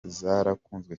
zarakunzwe